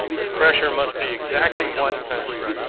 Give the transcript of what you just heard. the pressure must be exactly one pound,